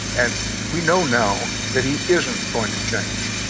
and we know now that he isn't going to change.